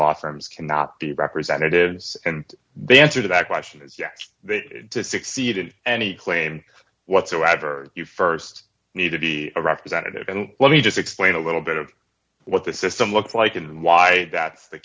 law firms cannot be representatives and they answer that question is yes they succeeded any claim whatsoever you st need to be a representative and let me just explain a little bit of what the system looks like and why that's the